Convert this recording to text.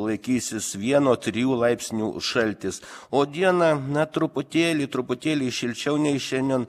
laikysis vieno trijų laipsnių šaltis o dieną na truputėlį truputėlį šilčiau nei šiandien